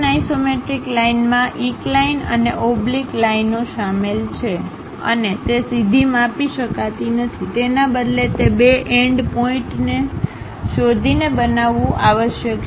non isometric લાઇનમાં incline અને oblique લાઇનઓ શામેલ છે અને તે સીધી માપી શકાતી નથી તેના બદલે તે બે એન્ડ પોઇન્ટને શોધીને બનાવવું આવશ્યક છે